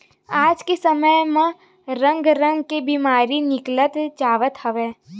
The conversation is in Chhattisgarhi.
आज के समे म रंग रंग के बेमारी निकलत जावत हवय